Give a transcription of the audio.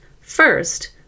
First